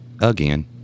Again